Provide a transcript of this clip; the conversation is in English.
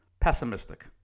Pessimistic